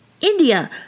India